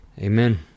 Amen